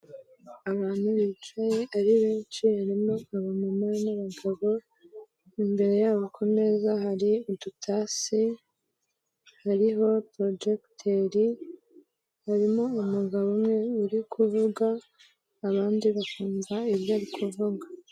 Abantu bicaye ari benshi barimo abamama n'abagabo, imbere yabo ku meza hari udutase, hariho projecteur, harimo umugabo umwe uri kuvuga abandi bakumva ibyo ari kuvuga.